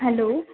hello